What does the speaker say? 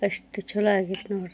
ಅಷ್ಟು ಛಲೋ ಆಗೈತಿ ನೋಡಿರಿ